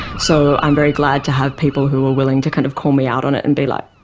so i'm very glad to have people who are willing to kind of call me out on it and be like,